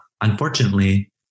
Unfortunately